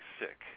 sick